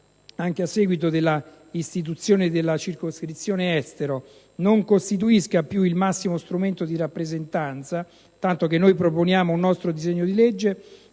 (anche a seguito dell'istituzione della Circoscrizione Estero) non costituisca più il massimo strumento di rappresentanza, tanto che in un nostro disegno di legge